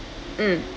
mm